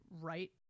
right